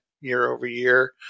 year-over-year